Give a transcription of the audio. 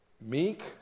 Meek